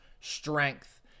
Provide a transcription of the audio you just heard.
strength